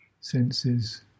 senses